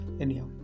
anyhow